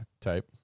type